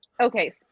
Okay